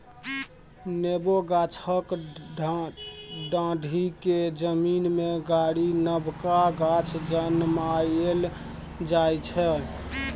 नेबो गाछक डांढ़ि केँ जमीन मे गारि नबका गाछ जनमाएल जाइ छै